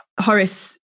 Horace